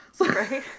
Right